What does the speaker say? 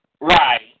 Right